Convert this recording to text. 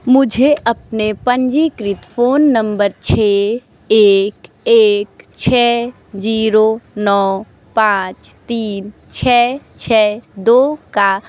मुझे अपने पंजीकृत फोन नंबर छः एक एक छः जीरो नौ पाँच तीन छः छः दो का